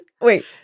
Wait